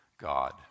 God